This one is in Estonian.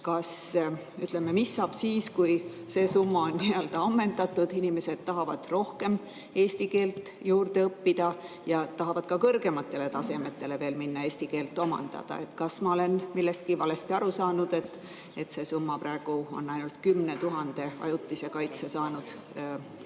suur. Mis saab siis, kui see summa on ammendatud, inimesed tahavad rohkem eesti keelt juurde õppida ja tahavad ka kõrgematele tasemetele veel minna eesti keelt omandama? Kas ma olen millestki valesti aru saanud, et see summa on praegu ainult 10 000 ajutise kaitse saanud täiskasvanu